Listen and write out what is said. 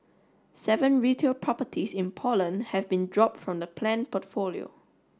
seven retail properties in Poland have been dropped from the planned portfolio